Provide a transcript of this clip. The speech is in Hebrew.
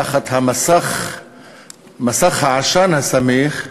תחת מסך העשן הסמיך,